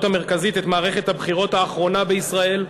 המרכזית את מערכת הבחירות האחרונה בישראל,